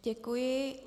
Děkuji.